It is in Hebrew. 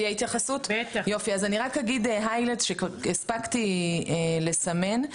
אז אני רק אגיד היילייטס שהספקתי לסמן.